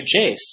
Jace